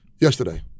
yesterday